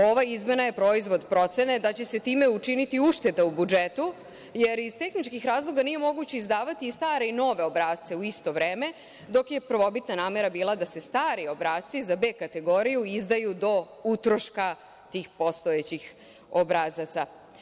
Ova izmena je proizvod procene da će se time učiniti ušteda u budžetu, jer iz tehničkih razloga nije moguće izdavati stare i nove obrasce u isto vreme, dok je prvobitna namera bila da se stari obrasci za B kategoriju izdaju do utroška tih postojećih obrazaca.